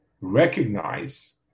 recognize